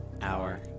Hour